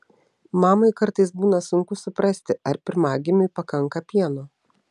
mamai kartais būna sunku suprasti ar pirmagimiui pakanka pieno